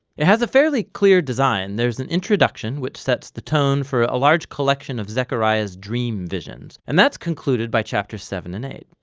it has a fairly clear design, there is an introduction, which sets the tone for a large collection of zechariah's dream visions and that's concluded by chapter seven and eight.